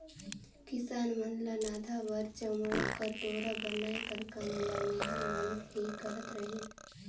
किसान मन ल नाधा बर चमउा कर डोरा बनाए कर काम ल मेहर मन ही करत रहिन